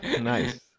Nice